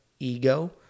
ego